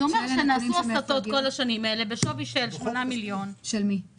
זה אומר שנעשו הסטות בכל השנים האלה בשווי של 8 מיליון שקל.